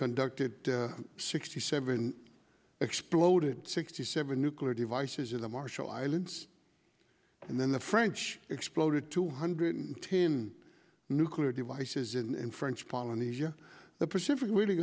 conducted sixty seven exploded sixty seven nuclear devices in the marshall islands and then the french exploded two hundred ten nuclear devices in french polynesia the pacific really